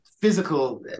physical